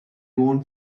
own